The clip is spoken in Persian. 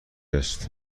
است